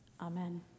Amen